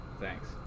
thanks